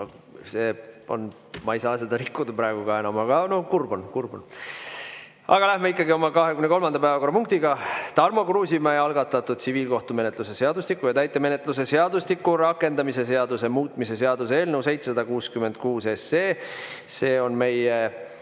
Ma ei saa seda [korda] rikkuda praegu, aga no kurb on, kurb on. Aga lähme ikkagi edasi 23. päevakorrapunktiga, Tarmo Kruusimäe algatatud tsiviilkohtumenetluse seadustiku ja täitemenetluse seadustiku rakendamise seaduse muutmise seaduse eelnõuga 766. See on